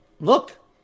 Look